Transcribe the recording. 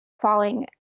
falling